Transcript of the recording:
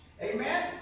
Amen